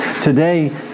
Today